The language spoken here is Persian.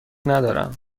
ندارم